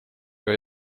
ega